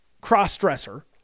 cross-dresser